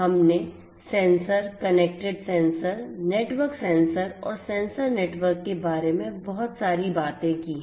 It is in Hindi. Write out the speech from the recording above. हमने sensor connected sensor network sensor और सेंसर नेटवर्क के बारे में बहुत सारी बातें की हैं